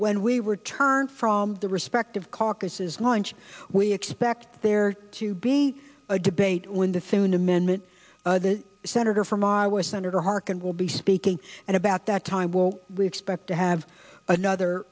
when we return from the respective caucuses launch we expect there to be a debate when the soon amendment senator from iowa senator harkin will be speaking and about that time will we expect to have another